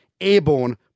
Airborne